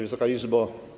Wysoka Izbo!